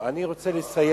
אני רוצה לסיים.